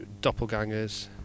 doppelgangers